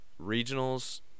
regionals